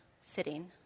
sitting